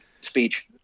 speech